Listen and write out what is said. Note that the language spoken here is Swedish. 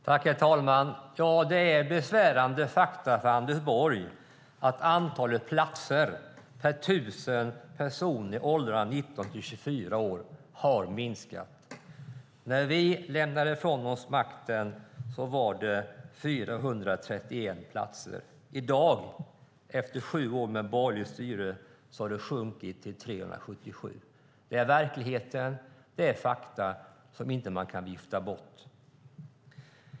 Herr talman! Det är besvärande fakta för Anders Borg att antalet platser per 1 000 personer i åldrarna 19-24 år har minskat. När vi lämnade från oss makten var det 431 platser. I dag, efter sju år med borgerligt styre, har det sjunkit till 377 platser. Det är verkligheten. Det är fakta som man inte kan vifta bort.